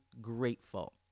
grateful